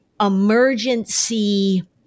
emergency